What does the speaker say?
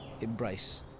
embrace